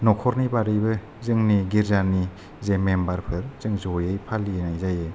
नखरनि बारैबो जोंनि गिर्जानि जे मेम्बारफोर जों जयै फालिनाय जायो